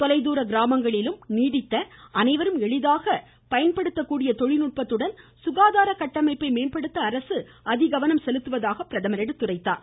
தொலை தூர கிராமங்களிலும் நீடித்த அனைவரும் எளிதாக பயன்படுத்தக்கூடிய தொழில்நுட்பத்துடன் சுகாதார கட்டமைப்பை மேம்படுத்த அரசு அதிகவனம் செலுத்துவதாக பிரதமர் குறிப்பிட்டார்